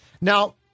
Now